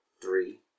Three